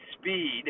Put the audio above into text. speed